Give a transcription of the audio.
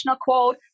quote